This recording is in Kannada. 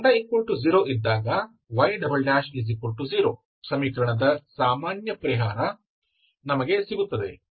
ಈಗ λ 0 ಇದ್ದಾಗ y0 ಸಮೀಕರಣದ ಸಾಮಾನ್ಯ ಪರಿಹಾರ ನಮಗೆ ಸಿಗುತ್ತದೆ